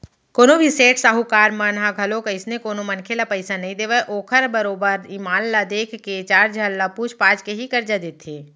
कोनो भी सेठ साहूकार मन ह घलोक अइसने कोनो मनखे ल पइसा नइ देवय ओखर बरोबर ईमान ल देख के चार झन ल पूछ पाछ के ही करजा देथे